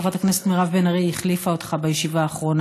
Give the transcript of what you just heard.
חברת הכנסת מירב בן ארי החליפה אותך בישיבה האחרונה,